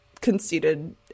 conceited